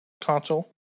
console